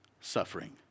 suffering